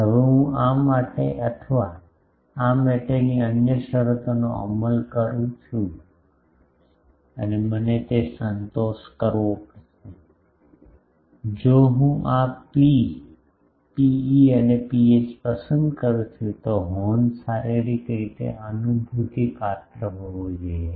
હવે હું આ માટે અથવા આ માટેની અન્ય શરતોનો અમલ કરું છું મને તે સંતોષ કરવો પડશે જો હું આ ρ ρe અને ρh પસંદ કરું છું તો હોર્ન શારીરિક રીતે અનુભૂતિપાત્ર હોવો જોઈએ